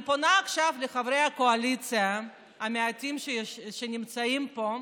אני פונה עכשיו לחברי הקואליציה המעטים שנמצאים פה: